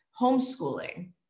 homeschooling